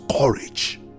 courage